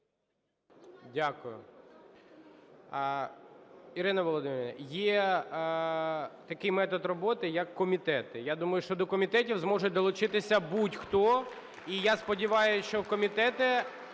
Дякую. Ірино Володимирівна, є такий метод роботи. як комітети, я думаю, що до комітетів зможуть долучитися будь-хто, і, я сподіваюся, що комітети